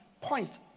points